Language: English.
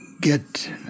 get